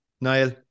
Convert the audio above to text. Niall